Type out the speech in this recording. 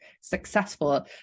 successful